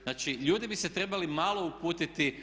Znači, ljudi bi se trebali malo uputiti